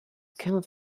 cannot